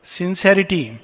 sincerity